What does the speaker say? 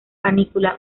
panícula